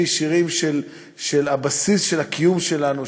הם שירים שהם הבסיס של הקיום שלנו,